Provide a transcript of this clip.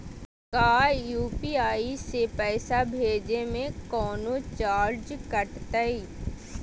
का यू.पी.आई से पैसा भेजे में कौनो चार्ज कटतई?